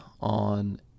on